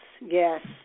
yes